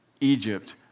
Egypt